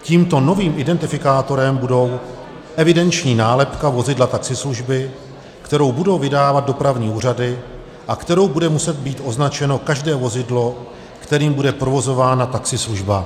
Tímto novým identifikátorem bude evidenční nálepka vozidla taxislužby, kterou budou vydávat dopravní úřady a kterou bude muset být označeno každé vozidlo, kterým bude provozována taxislužba.